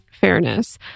fairness